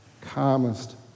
calmest